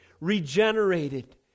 regenerated